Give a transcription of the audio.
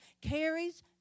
carries